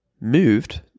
moved